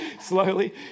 slowly